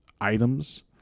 items